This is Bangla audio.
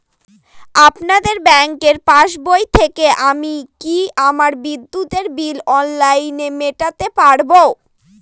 আপনাদের ব্যঙ্কের পাসবই থেকে আমি কি আমার বিদ্যুতের বিল অনলাইনে মেটাতে পারবো?